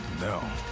no